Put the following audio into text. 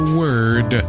word